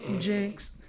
Jinx